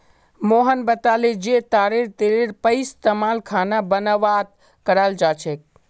मोहन बताले जे तारेर तेलेर पइस्तमाल खाना बनव्वात कराल जा छेक